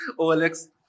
Alex